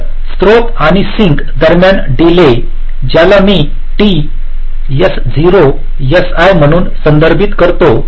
तर स्त्रोत आणि सिंक दरम्यान डीले ज्याला मी t S0 Si म्हणून संदर्भित करतो